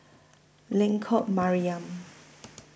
Lengkok Mariam